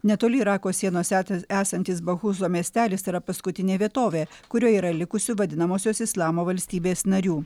netoli irako sienos esa esantys bahuzo miestelis yra paskutinė vietovė kurioje yra likusių vadinamosios islamo valstybės narių